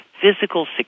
physical